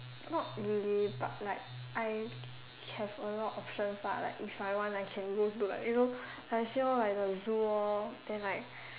not really but like I have a lot options lah like if I want I can go to like you know I sell at the zoo lor then like